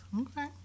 okay